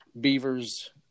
beavers